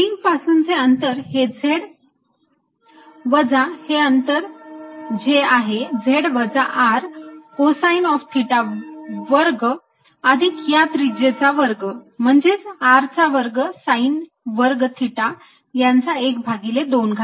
ring पासूनचे अंतर हे z वजा हे अंतर जे आहे z वजा R कोसाईन ऑफ थिटा वर्ग अधिक या त्रिज्येचा वर्ग म्हणजेच R चा वर्ग साईन वर्ग थिटा याचा ½ घात